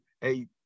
hey